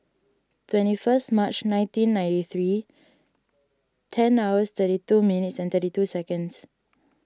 twenty first March nineteen ninety three ten hours thirty two minutes and thirty two seconds